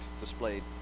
displayed